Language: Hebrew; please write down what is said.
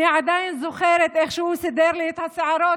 אני עדיין זוכרת איך שהוא סידר לי את השערות,